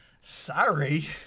Sorry